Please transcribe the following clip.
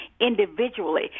individually